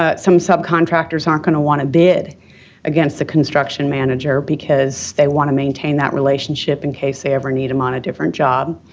ah some subcontractors aren't going to want to bid against the construction manager because they want to maintain that relationship in case they ever need them on a different job.